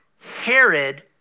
Herod